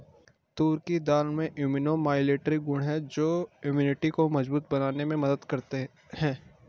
तूर दाल में immunomodulatory गुण हैं जो इम्यूनिटी को मजबूत बनाने में मदद करते है